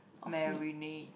marinate